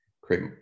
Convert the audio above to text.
create